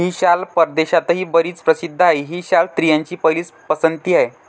ही शाल परदेशातही बरीच प्रसिद्ध आहे, ही शाल स्त्रियांची पहिली पसंती आहे